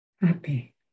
happy